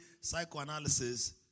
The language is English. psychoanalysis